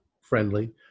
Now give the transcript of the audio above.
friendly